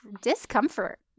discomfort